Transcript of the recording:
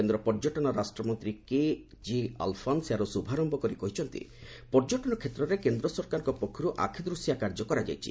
କେନ୍ଦ୍ର ପର୍ଯ୍ୟଟନ ରାଷ୍ଟ୍ରମନ୍ତ୍ରୀ କେଜେ ଆଲଫନ୍ସ ଏହାର ଶୁଭାରମ୍ଭ କରି କହିଛନ୍ତି ପର୍ଯ୍ୟଟନ କ୍ଷେତ୍ରରେ କେନ୍ଦ୍ର ସରକାରଙ୍କ ପକ୍ଷରୁ ଆଖିଦୃଶିଆ କାର୍ଯ୍ୟ କରାଯାଇଛି